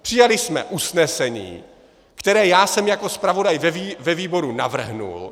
Přijali jsme usnesení, které já jsem jako zpravodaj ve výboru navrhl.